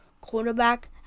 quarterback